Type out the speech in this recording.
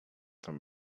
from